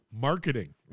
Marketing